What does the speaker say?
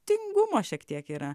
tingumo šiek tiek yra